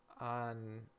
on